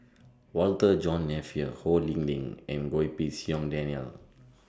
Walter John Napier Ho Lee Ling and Goh Pei Siong Daniel